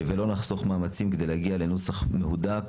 ולא נחסוך מאמצים כדי להגיע לנוסח מהודק,